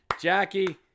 Jackie